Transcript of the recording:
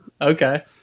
okay